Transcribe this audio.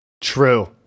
True